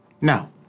Now